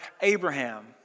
Abraham